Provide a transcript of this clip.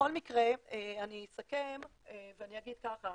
בכל מקרה, אני אסכם ואגיד כך,